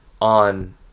on